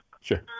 Sure